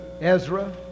Ezra